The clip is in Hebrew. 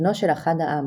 בנו של אחד העם,